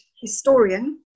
Historian